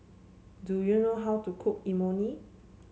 do you know how to cook Imoni